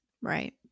Right